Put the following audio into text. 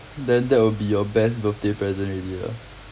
then that will be your best birthday present already ah